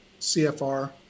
CFR